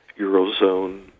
Eurozone